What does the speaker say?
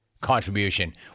contribution